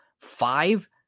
five